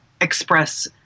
express